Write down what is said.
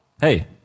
hey